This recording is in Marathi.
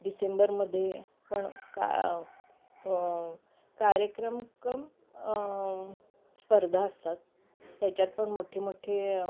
डिसेंबरमध्ये पण का कार्यक्रम कम स्पर्धा असतात त्याच्यात पण मोठे मोठे